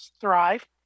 thrive